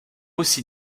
aussi